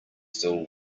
still